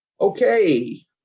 Okay